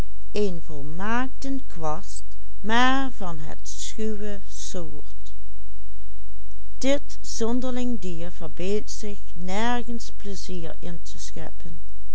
zich nergens pleizier in te scheppen